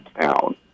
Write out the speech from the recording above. town